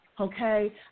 Okay